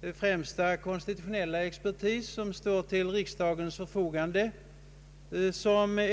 den främsta konstitutionella expertis som står till riksdagens förfogande.